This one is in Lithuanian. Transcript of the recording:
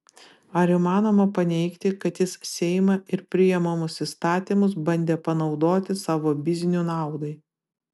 ar įmanoma paneigti kad jis seimą ir priimamus įstatymus bandė panaudoti savo biznių naudai